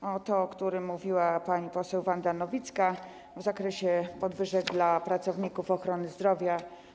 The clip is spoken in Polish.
Po pierwsze to, o czym mówiła pani poseł Wanda Nowicka w zakresie podwyżek dla pracowników ochrony zdrowia.